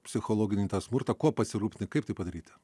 psichologinį smurtą kuo pasirūpinti kaip tai padaryti